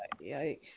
Yikes